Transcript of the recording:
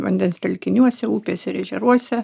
vandens telkiniuose upėse ir ežeruose